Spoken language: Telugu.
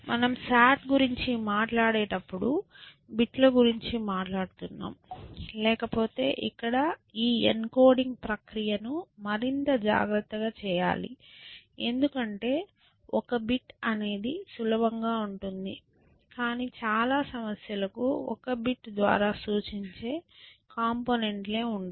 మనము SAT గురించి మాట్లాడేటప్పుడు బిట్స్ గురించి మాట్లాడుతున్నాము లేకపోతే ఇక్కడ ఈ ఎన్కోడింగ్ ప్రక్రియని మరింత జాగ్రత్తగా చేయాలి ఎందుకంటే ఒక బిట్ అనేది సులభంగా ఉంటుంది కానీ చాలా సమస్యలకు 1 బిట్ ద్వారా సూచించే కంపోనెంట్ లే ఉండవు